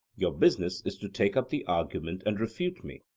your business is to take up the argument and refute me.